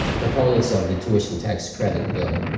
proponents of the tuition tax credit bill